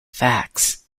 facts